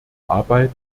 arbeit